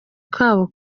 kabo